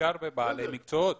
בעיקר בבעלי מקצועות.